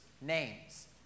names